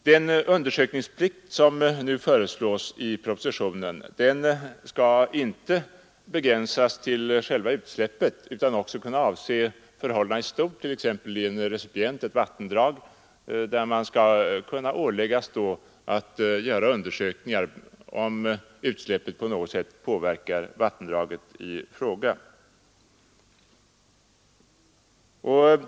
Den undersökningsplikt som där föreslås skall inte begränsas till själva utsläppet utan skall också kunna avse förhållandena i stort, t.ex. i en recipient. Företaget skall alltså kunna åläggas att göra undersökningar av huruvida utsläppet på något sätt påverkar recipienten, t.ex. ett vattendrag.